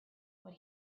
what